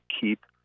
keep